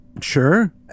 Sure